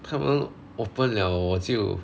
他们 open liao 我就